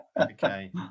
okay